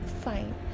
fine